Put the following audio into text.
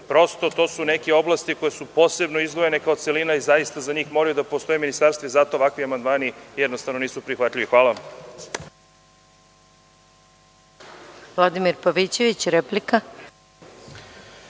Prosto to su neke oblasti koje su posebno izdvojene kao celina i zaista za njih moraju da postoje ministarstva i zato ovakvi amandmani nisu prihvatljivi. Hvala.